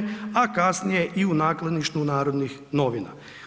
g. a kasnije i u nakladništvu Narodnih novina.